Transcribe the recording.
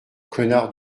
connard